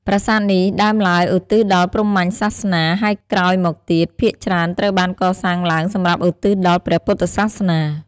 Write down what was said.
ប្រាសាទនេះដើមឡើយឧទ្ទិសដល់ព្រហ្មញ្ញសាសនា ហើយក្រោយមកទៀត ភាគច្រើនត្រូវបានកសាងឡើងសម្រាប់ឧទ្ទិសដល់ព្រះពុទ្ធសាសនា។